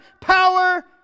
power